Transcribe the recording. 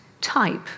type